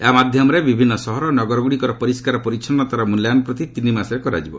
ଏହା ମାଧ୍ୟମରେ ବିଭିନ୍ନ ସହର ଓ ନଗରଗ୍ରଡ଼ିକର ପରିଷ୍କାର ପରିଚ୍ଚନ୍ତାର ମୁଲ୍ୟାୟନ ପ୍ରତି ତିନି ମାସରେ କରାଯିବ